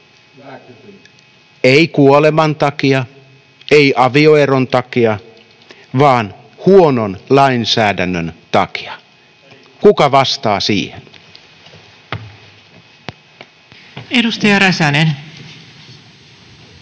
ei kuoleman takia, ei avioeron takia, vaan huonon lainsäädännön takia. Kuka vastaa siihen?